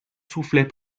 soufflait